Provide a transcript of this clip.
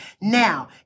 Now